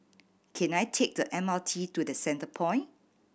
can I take the M R T to The Centrepoint